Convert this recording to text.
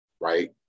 right